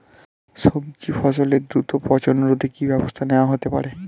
সবজি ফসলের দ্রুত পচন রোধে কি ব্যবস্থা নেয়া হতে পারে?